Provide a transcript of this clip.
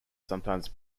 sometimes